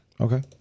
Okay